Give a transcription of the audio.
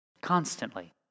Constantly